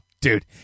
Dude